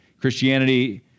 Christianity